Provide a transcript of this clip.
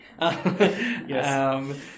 Yes